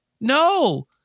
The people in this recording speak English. no